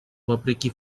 вопреки